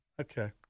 Okay